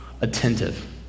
attentive